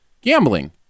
gambling